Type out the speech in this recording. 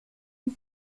une